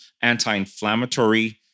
anti-inflammatory